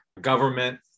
government